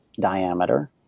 diameter